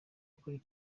kuri